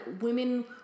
women